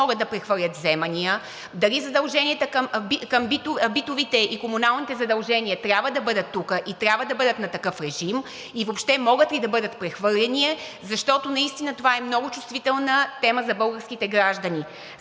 могат да прехвърлят вземания, дали битовите и комуналните задължения трябва да бъдат тук и трябва да бъдат на такъв режим и въобще могат ли да бъдат прехвърляни, защото наистина това е много чувствителна тема за българските граждани.